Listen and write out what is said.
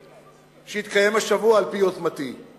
שהתקיים השבוע על-פי יוזמתי בוועדת הכספים.